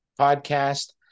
podcast